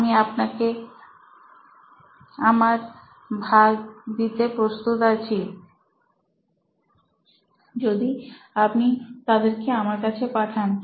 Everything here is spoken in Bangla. আমি আপনাকে আমারা এর ভাগ দিতে প্রস্তুত আছি যদি আপনি তাদেরকে আমার কাছে পাঠান